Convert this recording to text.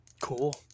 Cool